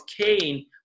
Cain